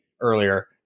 earlier